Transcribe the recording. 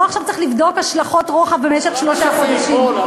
לא צריך עכשיו לבדוק השלכות רוחב במשך שלושה חודשים.